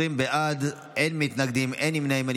20 בעד, אין מתנגדים, אין נמנעים.